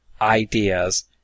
ideas